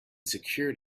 secured